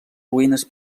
ruïnes